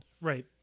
right